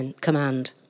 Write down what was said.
command